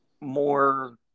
more